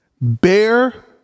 Bear